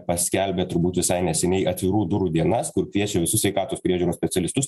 paskelbė turbūt visai neseniai atvirų durų dienas kur piešė visus sveikatos priežiūros specialistus